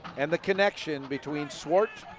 and the connection between swart